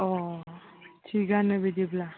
अ थिगानो बिदिब्ला